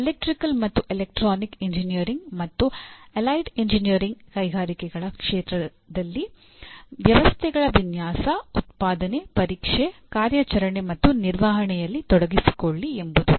electrical ಮತ್ತು electronic engineering ಮತ್ತು allied engineering ಕೈಗಾರಿಕೆಗಳ ಕ್ಷೇತ್ರದಲ್ಲಿ ವ್ಯವಸ್ಥೆಗಳ ವಿನ್ಯಾಸ ಉತ್ಪಾದನೆ ಪರೀಕ್ಷೆ ಕಾರ್ಯಾಚರಣೆ ಮತ್ತು ನಿರ್ವಹಣೆಯಲ್ಲಿ ತೊಡಗಿಸಿಕೊಳ್ಳಿ ಎಂಬುದು